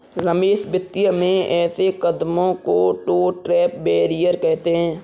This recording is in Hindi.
रमेश वित्तीय में ऐसे कदमों को तो ट्रेड बैरियर कहते हैं